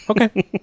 Okay